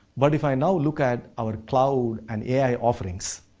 but if i now look at our cloud and ai offerings,